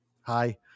hi